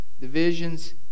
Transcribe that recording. divisions